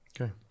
Okay